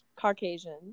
Caucasian